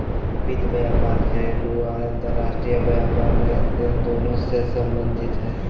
वित्त व्यापार घरेलू आर अंतर्राष्ट्रीय व्यापार लेनदेन दोनों से संबंधित हइ